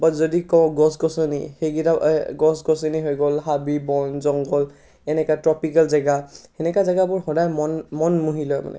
বা যদি কওঁ গছ গছনি সেইকেইটাও গছ গছনি হৈ গ'ল হাবি বন জংঘল এনেকুৱা ট্ৰপিকেল জাগা এনেকুৱা জাগাবোৰ সদায় মন মন মুহি লয় মানে